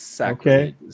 Okay